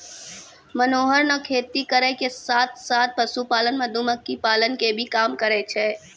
मनोहर नॅ खेती करै के साथॅ साथॅ, पशुपालन, मधुमक्खी पालन के भी काम करै छै